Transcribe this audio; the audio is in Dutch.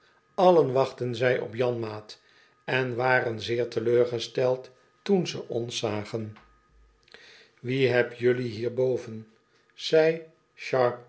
allen wachtten zij op janmaat en waren zeer teleurgesteld toen ze ons zagen wie heb jelui hier boven zei